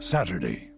Saturday